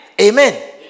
Amen